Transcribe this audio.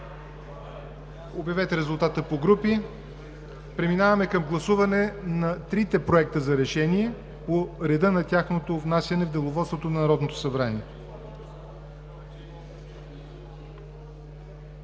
не е прието. Преминаваме към гласуване на трите проекта за решение по реда на тяхното внасяне в Деловодството на Народното събрание.